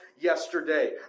Yesterday